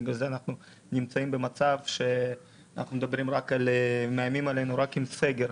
בגלל זה אנחנו נמצאים במצב שמאיימים עלינו רק עם סגר.